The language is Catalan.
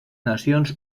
nacions